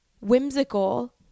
whimsical